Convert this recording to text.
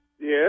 Yes